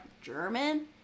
German